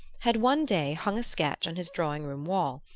had one day hung a sketch on his drawing-room wall,